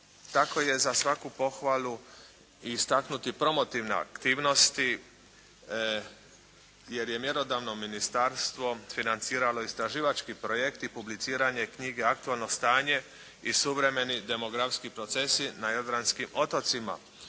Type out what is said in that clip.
Tako je za svaku pohvalu istaknuti promotivne aktivnosti jer je mjerodavno ministarstvo financiralo istraživački projekt i publiciranje knjige aktualno stanje i suvremeni demografski procesi na Jadranskim otocima.